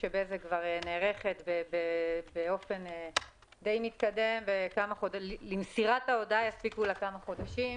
בזק כבר נערכת באופן מתקדם מאוד ולמסירת ההודעה יספיקו לה כמה חודשים.